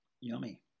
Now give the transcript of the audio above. Yummy